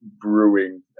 brewing